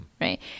right